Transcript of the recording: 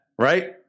Right